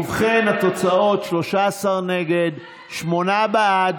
ובכן, התוצאות: 13 נגד, שמונה בעד.